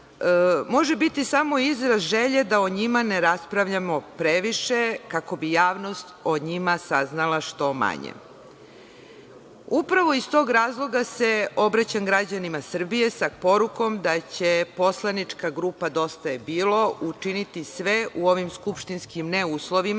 može biti samo izraz želje da o njima ne raspravljamo previše, kako bi javnost o njima saznala što manje. Upravo iz tog razloga se obraćam građanima Srbije, sa porukom da će poslanička grupa DJB učiniti sve u ovim skupštinskim neuslovima,